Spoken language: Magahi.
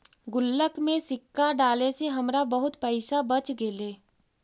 गुल्लक में सिक्का डाले से हमरा बहुत पइसा बच गेले